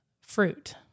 fruit